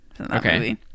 okay